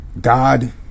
God